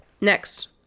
Next